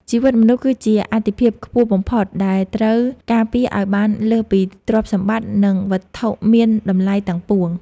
ជីវិតមនុស្ស គឺជាអាទិភាពខ្ពស់បំផុតដែលត្រូវការពារឱ្យបានលើសពីទ្រព្យសម្បត្តិ និងវត្ថុមានតម្លៃទាំងពួង។